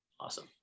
Awesome